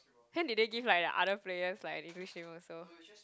then did they give like the other players like english name also